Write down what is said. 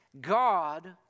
God